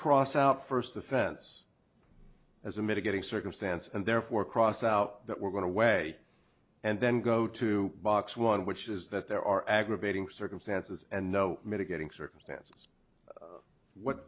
cross out first offense as a mitigating circumstance and therefore cross out that we're going to way and then go to box one which is that there are aggravating circumstances and no mitigating circumstances what what